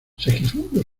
segismundo